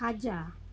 খাজা